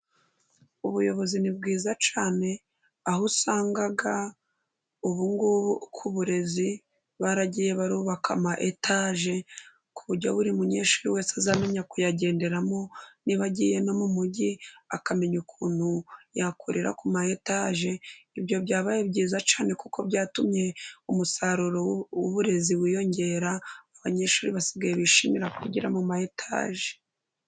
Ubuyobozi ni bwiza cyane, aho usanga ubungubu ku burezi baragiye bubaka ama etaje, ku buryo buri munyeshuri wese azamenya kuyagenderamo, niba agiye no mu mujyi akamenya ukuntu yakorera ku ma etaje. Ibyo byabaye byiza cyane kuko byatumye umusaruro w'uburezi wiyongera, abanyeshuri basigaye bishimira kwigira mu ma etaje.